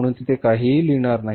म्हणून तिथे काहीही लिहिणार नाही